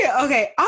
Okay